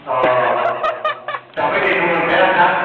औ जाम्फै दैथ' मोनखाया दां